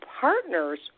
partner's